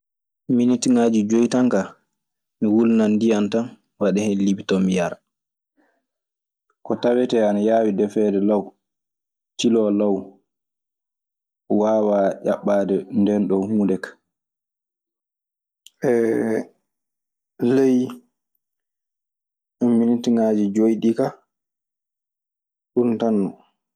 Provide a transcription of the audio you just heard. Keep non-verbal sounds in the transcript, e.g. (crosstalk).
Minitiŋaaji joy tan kaa, mi wulnan ndiyan tan, mi waɗa hen lipiton, mi yara. Ko tawetee ana yaawi defeede law, tiloo law, waawaa ndeenɗon huunde kaa. (hesitation) E ley ùinitiŋaaji joy ɗii ka, ɗun tan non.